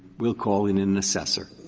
we'll call in in an assessor.